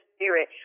Spirit